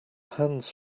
hands